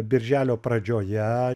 birželio pradžioje